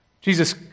Jesus